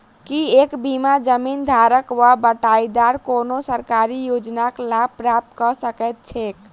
की एक बीघा जमीन धारक वा बटाईदार कोनों सरकारी योजनाक लाभ प्राप्त कऽ सकैत छैक?